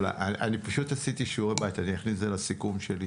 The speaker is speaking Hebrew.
פשוט עשיתי שיעורי בית, אכניס את זה לסיכום.